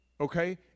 Okay